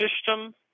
system